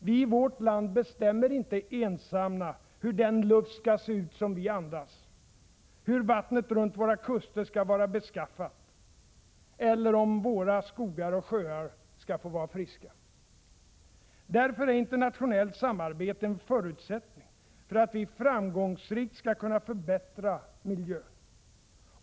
Vi i vårt land bestämmer inte ensamma hur den luft skall se ut som vi andas, hur vattnet runt våra kuster skall vara beskaffat eller om våra skogar och sjöar skall få vara friska. Därför är internationellt samarbete en förutsättning för att vi ftramgångs rikt skall kunna förbättra miljön.